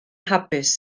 hapus